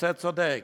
נושא צודק,